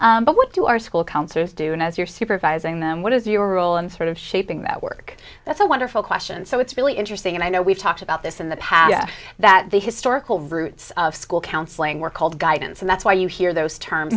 means but what do our school counselors do and as you're supervising them what is your role in sort of shaping that work that's a wonderful question so it's really interesting and i know we've talked about this in the past that the historical roots of school counseling were called guidance and that's why you hear those term